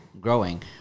growing